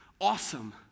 Awesome